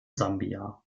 sambia